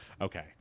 Okay